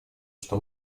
что